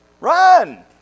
Run